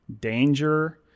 danger